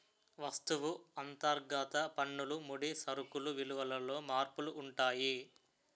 వస్తువు అంతర్గత పన్నులు ముడి సరుకులు విలువలలో మార్పులు ఉంటాయి